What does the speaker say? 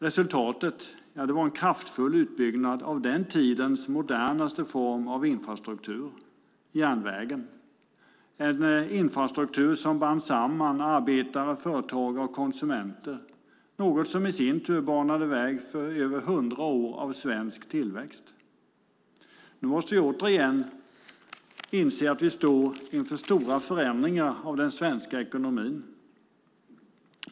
Resultatet var en kraftfull utbyggnad av den tidens modernaste form av infrastruktur, järnvägen, en infrastruktur som band samman arbetare, företagare och konsumenter, något som i sin tur banade väg för över hundra år av svensk tillväxt. Nu måste vi återigen inse att vi står inför stora förändringar av den svenska ekonomin.